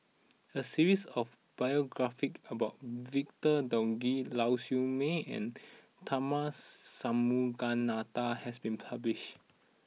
a series of biographies about Victor Doggett Lau Siew Mei and Tharman Shanmugaratnam has been published